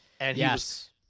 Yes